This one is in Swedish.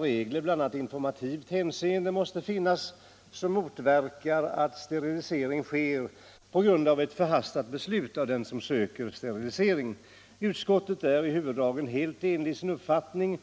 regler, bl.a. i informativt hänseende, som måste finnas för att förhindra att sterilisering sker på grund av ett förhastat beslut av den som begär en sådan åtgärd. Utskottet är i huvuddrag helt enigt i sin uppfattning.